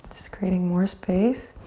just creating more space.